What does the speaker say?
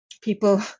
people